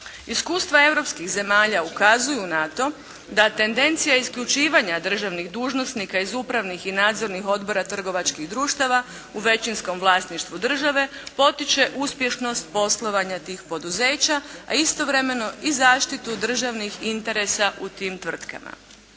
Iskustva europskih zemalja ukazuju na to da tendencija isključivanja državnih dužnosnika iz upravnih i nadzornih odbora trgovačkih društava u većinskom vlasništvu države potiče uspješnost poslovanja tih poduzeća, a istovremeno i zaštitu državnih interesa u tim tvrtkama.